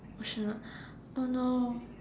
oh she never oh no